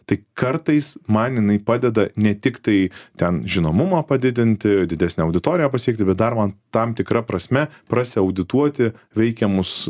tai kartais man jinai padeda ne tik tai ten žinomumą padidinti didesnę auditoriją pasiekti bet dar man tam tikra prasme prasiaudituoti veikiamus